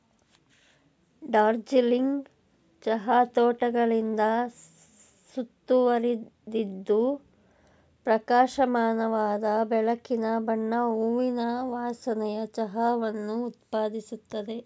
ಡಾರ್ಜಿಲಿಂಗ್ ಚಹಾ ತೋಟಗಳಿಂದ ಸುತ್ತುವರಿದಿದ್ದು ಪ್ರಕಾಶಮಾನವಾದ ಬೆಳಕಿನ ಬಣ್ಣ ಹೂವಿನ ವಾಸನೆಯ ಚಹಾವನ್ನು ಉತ್ಪಾದಿಸುತ್ತದೆ